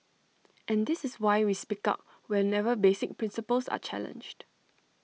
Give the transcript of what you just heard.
and this is why we speak up whenever basic principles are challenged